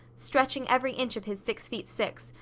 stretching every inch of his six feet six,